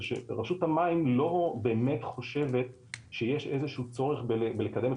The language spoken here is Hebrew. שרשות המים לא באמת חושבת שיש איזשהו צורך בלקדם את